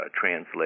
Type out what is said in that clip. Translate